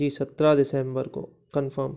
जी सत्रह दिसम्बर को कन्फर्म